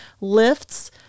lifts